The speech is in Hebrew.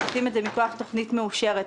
אנחנו עושים את זה מכוח תוכנית מאושרת.